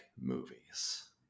movies